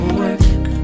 work